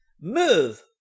Move